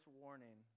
warning